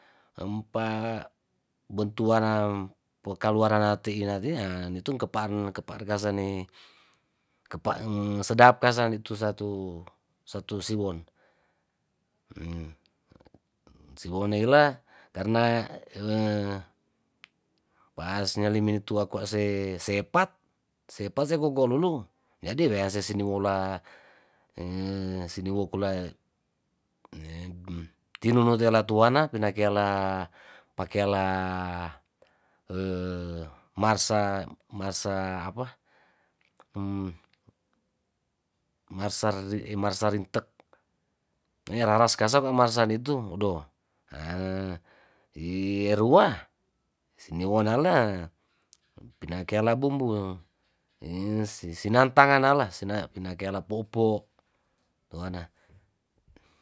Empa bentuaram po kaluaran nate i nate nitum kepaan kepaargasane kepaan sedap kasane tu satu satu siwon hemm siwon neila karna paasminutase sepat sepat se sekolulung jadi wease se siniwola ehh sniwokula tinumu telatuana tunakela pakeala marsa marsa apah marsa rintek neraras kasa marsa itu odoh haah tirua siniwonale pinakeala bumbung insinantanganala sina pinakeala popo' tuana